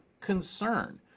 concern